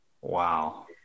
Wow